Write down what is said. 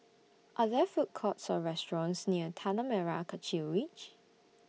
Are There Food Courts Or restaurants near Tanah Merah Kechil Ridge